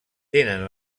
tenen